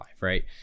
right